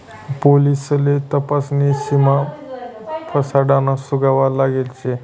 पोलिससले तपासणीमा फसाडाना सुगावा लागेल शे